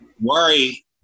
worry